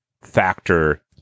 factor